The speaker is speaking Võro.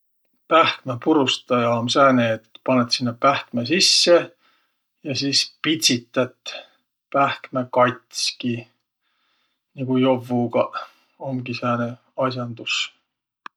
Pähkmäpurustaja um sääne, et panõt sinnäq pähkmä sisse ja sis pitsität pähkmä katski nigu jovvugaq. Omgi sääne as'andus.